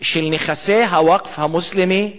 של נכסי הווקף המוסלמי בישראל,